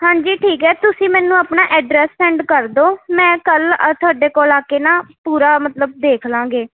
ਹਾਂਜੀ ਠੀਕ ਹੈ ਤੁਸੀਂ ਮੈਨੂੰ ਆਪਣਾ ਐਡਰੈਸ ਸੈਂਡ ਕਰਦੋ ਮੈਂ ਕੱਲ੍ਹ ਅ ਤੁਹਾਡੇ ਕੋਲ ਆ ਕੇ ਨਾ ਪੂਰਾ ਮਤਲਬ ਦੇਖ ਲਵਾਂਗੇ